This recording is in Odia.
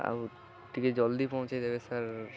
ଆଉ ଟିକେ ଜଲ୍ଦି ପହଞ୍ଚେଇ ଦେବେ ସାର୍